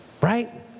Right